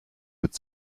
mit